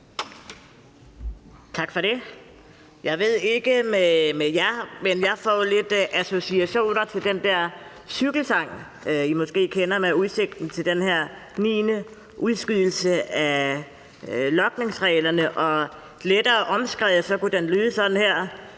Tak for det. Jeg ved ikke med jer, men jeg får lidt associationer til den der cykelsang, som I måske kender, med udsigten til den her niende udskydelse af revision af logningsreglerne. Lettere omskrevet kunne den lyde sådan her: